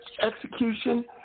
Execution